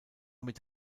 mit